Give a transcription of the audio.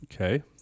Okay